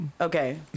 Okay